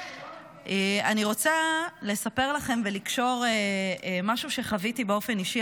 אני רוצה לספר לכם משהו שחוויתי באופן אישי